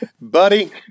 buddy